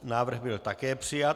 Návrh byl také přijat.